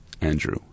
Andrew